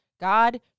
God